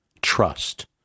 trust